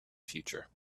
future